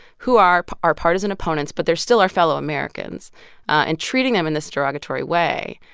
who are our partisan opponents, but they're still our fellow americans and treating them in this derogatory way.